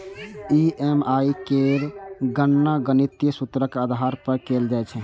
EMI केर गणना गणितीय सूत्रक आधार पर कैल जाइ छै